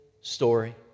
story